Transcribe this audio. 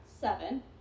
seven